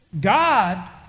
God